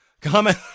comment